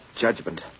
judgment